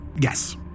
Yes